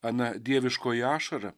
ana dieviškoji ašara